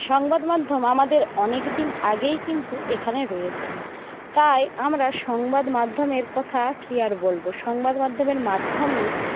সংবাদ মাধ্যম আমাদের অনেকদিন আগেই কিন্তু এখানে রয়েছে তাই আমরা সংবাদ মাধ্যমের কথা কি আর বলবো সংবাদ মাধ্যমের মাধ্যমে